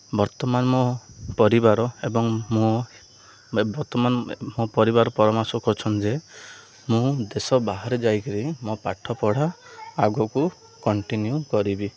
ବର୍ତ୍ତମାନ ମୋ ପରିବାର ଏବଂ ମୋ ବର୍ତ୍ତମାନ ମୋ ପରିବାର ପରାମର୍ଶ କରଛନ୍ତି ଯେ ମୁଁ ଦେଶ ବାହାରେ ଯାଇକିରି ମୋ ପାଠପଢ଼ା ଆଗକୁ କଣ୍ଟିନ୍ୟୁ କରିବି